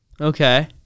Okay